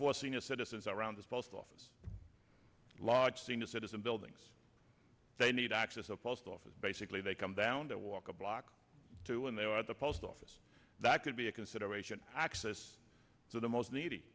four senior citizens around this post office large senior citizen buildings they need access a post office basically they come down to walk a block or two and they are at the post office that could be a consideration access to the most needy